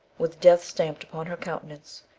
with death stamped upon her countenance,